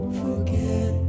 forget